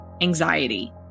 anxiety